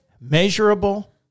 measurable